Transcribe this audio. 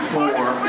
Four